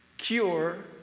cure